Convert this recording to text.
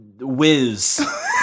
Whiz